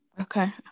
Okay